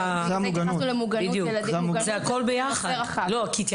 זה הכל ביחד.